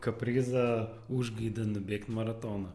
kaprizą užgaidą nubėgt maratoną